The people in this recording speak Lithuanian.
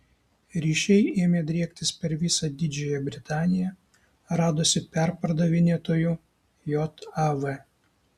ryšiai ėmė driektis per visą didžiąją britaniją radosi perpardavinėtojų jav